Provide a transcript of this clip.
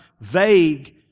vague